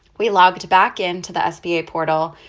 we logged back into the sba portal,